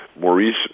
Maurice